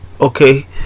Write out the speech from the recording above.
okay